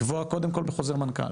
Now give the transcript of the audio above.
לקבוע קודם כל יעדים בחוזר מנכ"ל.